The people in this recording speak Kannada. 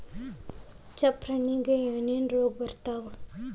ಚಪ್ರ ಹಣ್ಣಿಗೆ ಏನೇನ್ ರೋಗ ಬರ್ತಾವ?